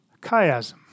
Chiasm